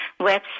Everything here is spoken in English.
website